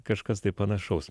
kažkas tai panašaus